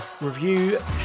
review